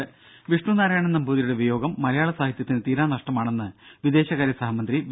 രുഭ വിഷ്ണുനാരായണൻ നമ്പൂതിരിയുടെ വിയോഗം മലയാള സാഹിത്യത്തിന് തീരാനഷ്ടമാണെന്ന് വിദേശകാര്യ സഹമന്ത്രി വി